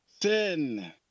sin